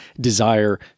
desire